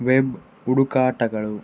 web ಹುಡುಕಾಟಗಳು